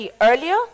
earlier